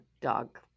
dog